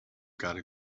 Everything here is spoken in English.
gotta